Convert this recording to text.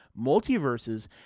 Multiverses